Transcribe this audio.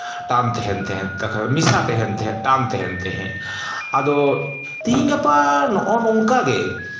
ᱴᱟᱱ ᱛᱟᱦᱮᱱ ᱛᱟᱦᱮᱸᱫ ᱛᱚᱠᱷᱚᱱ ᱢᱮᱥᱟ ᱛᱟᱦᱮᱱ ᱛᱟᱦᱮᱸᱫ ᱴᱟᱱ ᱛᱟᱦᱮᱱ ᱛᱟᱦᱮᱸᱫ ᱟᱫᱚ ᱛᱮᱦᱤᱧ ᱜᱟᱯᱟ ᱱᱚᱜᱼᱚ ᱱᱚᱝᱠᱟᱜᱮ